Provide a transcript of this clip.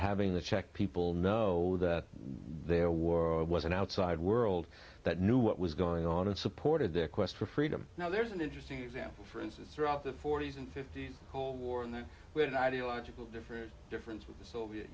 having the check people know that their world was an outside world that knew what was going on and supported their quest for freedom now there's an interesting example for instance throughout the forty's and fifty's cold war and then we had an ideological difference difference with the soviet